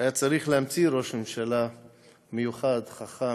היה צריך להמציא ראש ממשלה מיוחד, חכם,